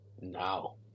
now